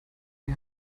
die